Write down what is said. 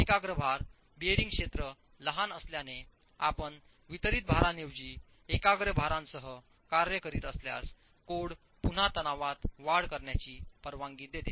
एकाग्र भार बेअरिंग क्षेत्र लहान असल्याने आपण वितरित भारांऐवजी एकाग्र भारांसह कार्य करीत असल्यास कोड पुन्हा तणावात वाढ करण्याची परवानगी देते